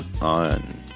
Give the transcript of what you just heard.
on